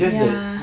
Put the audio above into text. ya